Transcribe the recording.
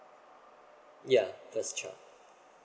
yeah first child